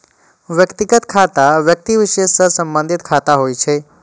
व्यक्तिगत खाता व्यक्ति विशेष सं संबंधित खाता होइ छै